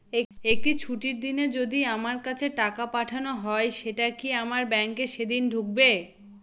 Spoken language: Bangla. একটি ছুটির দিনে যদি আমার কাছে টাকা পাঠানো হয় সেটা কি আমার ব্যাংকে সেইদিন ঢুকবে?